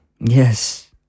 Yes